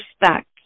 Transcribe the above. respect